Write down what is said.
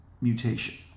mutation